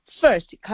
first